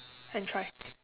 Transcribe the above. and try